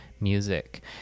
music